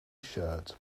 shirt